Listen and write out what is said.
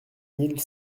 mille